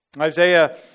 Isaiah